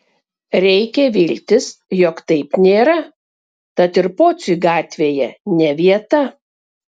reikia viltis jog taip nėra tad ir pociui gatvėje ne vieta